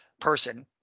person